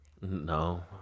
No